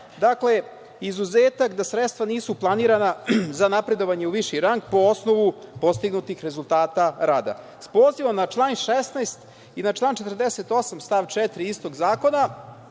izuzetak da sredstva nisu planirana za napredovanje u viši rang po osnovu postignutih rezultata rada. Sa pozivom na član 16. i na član 48. stav 4. istog zakona,